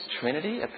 Trinity